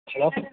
hello